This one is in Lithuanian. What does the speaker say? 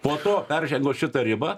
po to peržengus šitą ribą